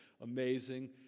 amazing